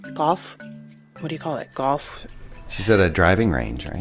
golf what do you call it? golf she's at a driving range,